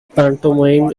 pantomime